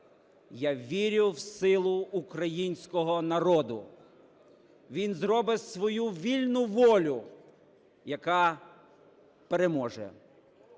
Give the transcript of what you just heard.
Я вірю в силу українського народу. Він зробе свою вільну волю, яка переможе.